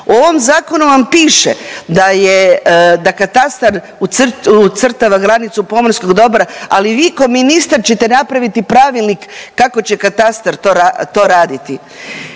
U ovom zakonu vam piše da je, da katastar ucrtava granicu pomorskog dobra, ali vi ko ministar ćete napraviti pravilnik kako će katastar to ra…,